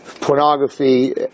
pornography